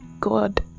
God